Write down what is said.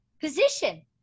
position